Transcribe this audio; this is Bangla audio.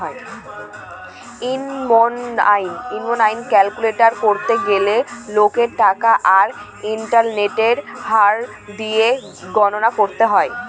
ই.এম.আই ক্যালকুলেট করতে গেলে লোনের টাকা আর ইন্টারেস্টের হার দিয়ে গণনা করতে হয়